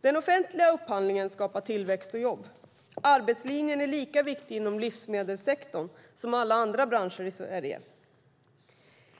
Den offentliga upphandlingen skapar tillväxt och jobb. Arbetslinjen är lika viktig inom livsmedelssektorn som inom alla andra branscher i Sverige.